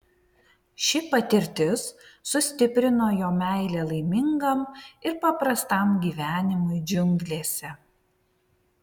ši patirtis sustiprino jo meilę laimingam ir paprastam gyvenimui džiunglėse